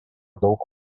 daug